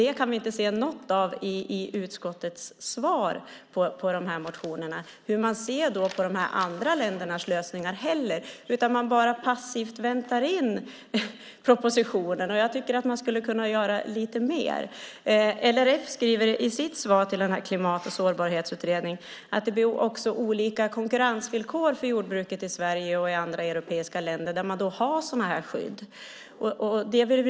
Men vi kan inte se i utskottets svar på motionerna hur man ser på andra länders lösningar. Man väntar passivt in propositionen. Jag tycker att man skulle kunna göra lite mer. LRF skrev i sitt svar till Klimat och sårbarhetsutredningen att det blir olika konkurrensvillkor för jordbruket i Sverige och i andra europeiska länder där sådana skydd finns.